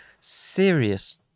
serious